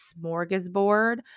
Smorgasbord